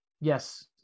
Yes